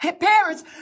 parents